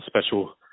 special